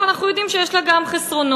אבל אנחנו יודעים שיש לה גם חסרונות,